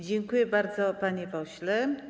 Dziękuję bardzo, panie pośle.